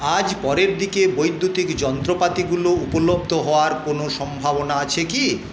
আজ পরের দিকে বৈদ্যুতিক যন্ত্রপাতি গুলো উপলব্ধ হওয়ার কোনও সম্ভাবনা আছে কি